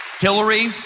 Hillary